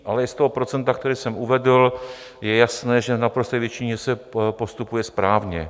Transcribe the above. Ale i z toho procenta, které jsem uvedl, je jasné, že v naprosté většině se postupuje správně.